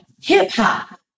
hip-hop